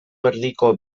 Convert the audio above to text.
erdiko